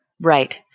right